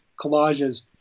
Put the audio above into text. collages